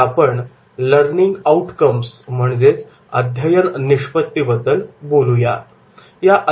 आता आपण अध्ययन निष्पत्तीबद्दल Learning Outcomes लर्निंग आउटकम्स बोलूया